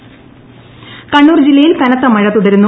കണ്ണൂർ മഴ കണ്ണൂർ ജില്ലയിൽ കനത്ത മഴ തുടരുന്നു